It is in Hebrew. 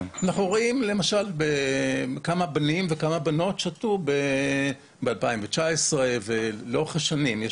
אנחנו רואים למשל כמה בנים וכמה בנות שתו ב-2019 ולאורך השנים,